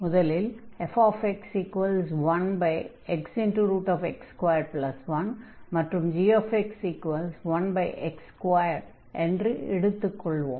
முதலில் fx1xx21 மற்றும் gx1x2 என்று எடுத்துக் கொள்வோம்